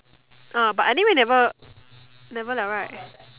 ah but anyway never never liao right